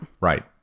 right